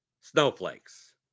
Snowflakes